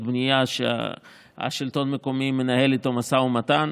בנייה והשלטון המקומי מנהל איתו משא ומתן,